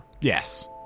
yes